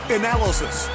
analysis